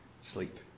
sleep